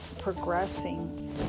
progressing